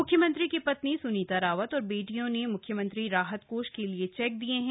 म्ख्यमंत्री की पत्नी सुनीता रावत और बेटियों ने मुख्यमंत्री राहत कोष के लिए चेक दिये हैं